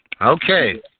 Okay